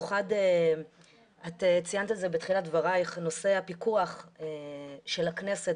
את ציינת את זה בתחילת דברייך בנושא הפיקוח של הכנסת,